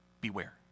beware